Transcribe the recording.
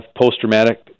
post-traumatic